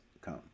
come